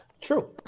true